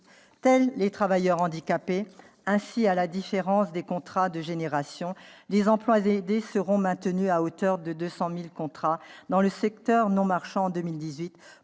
tels les travailleurs handicapés. Ainsi, à la différence des contrats de génération, les emplois aidés seront maintenus à hauteur de 200 000 contrats dans le secteur non marchand en 2018,